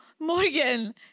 Morgan